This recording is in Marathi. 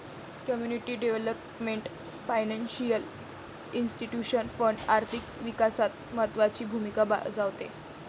community development financial institution fund आर्थिक विकासात महत्त्वाची भूमिका बजावते